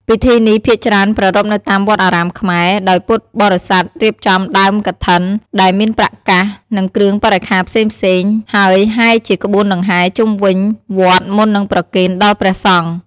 ពិធីនេះភាគច្រើនប្រារព្ធនៅតាមវត្តអារាមខ្មែរ ដោយពុទ្ធបរិស័ទរៀបចំដើមកឋិន ដែលមានប្រាក់កាស និងគ្រឿងបរិក្ខារផ្សេងៗ ហើយហែរជាក្បួនដង្ហែរជុំវិញវត្តមុននឹងប្រគេនដល់ព្រះសង្ឃ។